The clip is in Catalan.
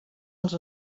els